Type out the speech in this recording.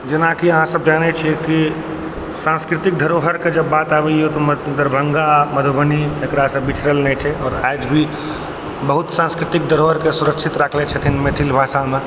जेनाकि अहाँसब जानै छियै की सांस्कृतिक धरोहर के जब बात आबैया तऽ दरभंगा मधुबनी एकरा सँ बिछरल नहि छै आओर आइ भी बहुत सांस्कृतिक धरोहर के सुरक्षित राखने छथिन मैथिल भाषा मे